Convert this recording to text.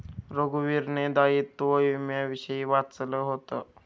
रघुवीरने दायित्व विम्याविषयी वाचलं होतं